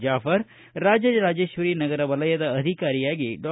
ಜಾಫರ್ ರಾಜರಾಜೇಶ್ವರಿ ನಗರ ವಲಯದ ಅಧಿಕಾರಿಯಾಗಿ ಡಾ